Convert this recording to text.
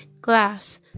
glass